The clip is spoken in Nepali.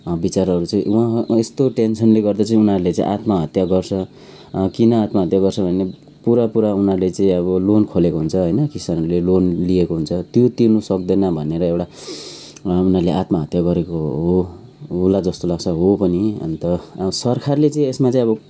बिचाराहरू चाहिँ यस्तो टेन्सनले गर्दा चाहिँ उनीहरूले चाहिँ आत्महत्या गर्छ किन आत्महत्या गर्छ भने पुरा पुरा उनीहरूले चाहिँ अब लोन खोलेको हुन्छ होइन किसानहरूले लोन लिएको हुन्छ त्यो तिर्नु सक्दैन भनेर एउटा उनीहरूले आत्महत्या गरेको हो होला जस्तो लाग्छ हो पनि अन्त सरकारले चाहिँ यसमा चाहिँ अब